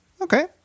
Okay